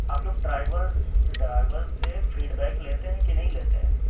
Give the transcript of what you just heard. آپ لوگ drivers driver سے فیڈ بیک لیتے ہیں کہ نہیں لیتے ہیں